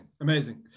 amazing